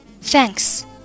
Thanks